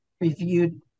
reviewed